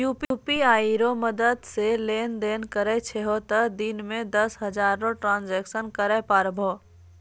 UPI रो मदद से लेनदेन करै छहो तें दिन मे दस हजार रो ट्रांजेक्शन करै पारभौ